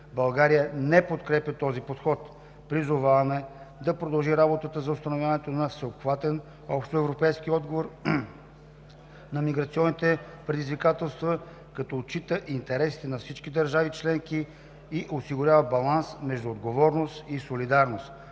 България не подкрепя този подход. Призоваваме да продължи работата за установяването на всеобхватен общоевропейски отговор на миграционните предизвикателства, който отчита интересите на всички държави членки и осигурява баланс между отговорност и солидарност.